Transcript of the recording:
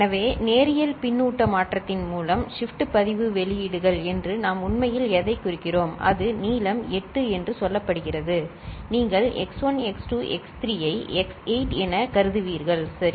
எனவே நேரியல் பின்னூட்ட மாற்றத்தின் மூலம் ஷிப்ட் பதிவு வெளியீடுகள் என்று நாம் உண்மையில் எதைக் குறிக்கிறோம் அது நீளம் 8 என்று சொல்லப்படுகிறது நீங்கள் x1 x2 x3 ஐ x8 எனக் கருதுவீர்கள் சரி